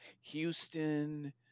Houston